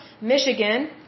Michigan